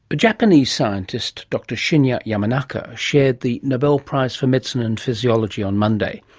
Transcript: japanese scientist, dr shinya yamanaka, shared the nobel prize for medicine and physiology on monday.